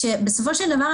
כשבסופו של דבר,